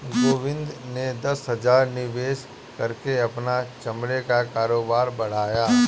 गोविंद ने दस हजार निवेश करके अपना चमड़े का कारोबार बढ़ाया